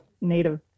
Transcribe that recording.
native